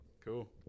cool